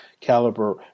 caliber